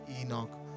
Enoch